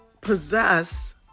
possess